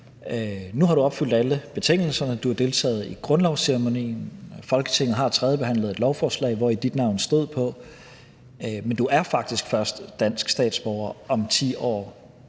Nu har du opfyldt alle betingelserne, og du har deltaget i grundlovsceremonien, og Folketinget har tredjebehandlet et lovforslag, hvor dit navn stod på, men du er faktisk først dansk statsborger om 10 år,